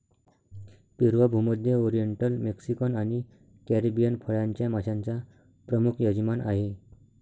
पेरू हा भूमध्य, oriental, Mexican आणि कॅरिबियन फळांच्या माश्यांचा प्रमुख यजमान आहे